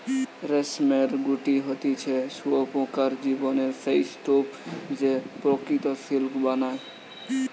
রেশমের গুটি হতিছে শুঁয়োপোকার জীবনের সেই স্তুপ যে প্রকৃত সিল্ক বানায়